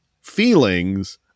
feelings